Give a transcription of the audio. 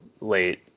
late